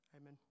Amen